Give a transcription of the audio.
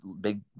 big